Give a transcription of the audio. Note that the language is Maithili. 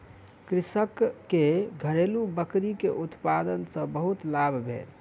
कृषक के घरेलु बकरी के उत्पाद सॅ बहुत लाभ भेल